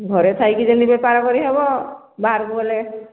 ଘରେ ଥାଇକି ଯେମିତି ବେପାର କରି ହେବ ବାହାରକୁ ଗଲେ